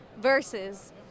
versus